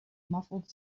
muffled